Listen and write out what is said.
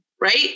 Right